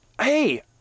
hey